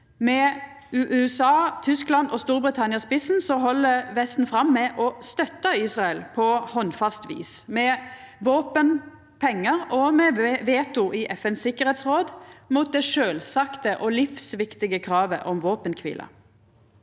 med USA, Tyskland og Storbritannia i spissen held Vesten fram med å støtta Israel på handfast vis, med våpen, pengar og med veto i FNs sikkerheitsråd, mot det sjølvsagte og livsviktige kravet om våpenkvile.